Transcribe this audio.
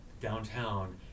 downtown